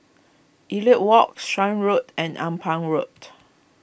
Elliot Walk Shan Road and Ampang Walked